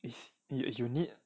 it's you need